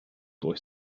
durch